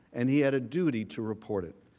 and he had a duty to report it.